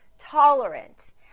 tolerant